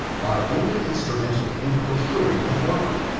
are only instrumental in procuring the former.